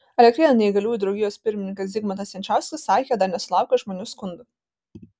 elektrėnų neįgaliųjų draugijos pirmininkas zigmantas jančauskis sakė dar nesulaukęs žmonių skundų